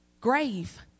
grave